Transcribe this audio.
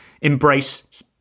embrace